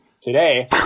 Today